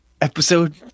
episode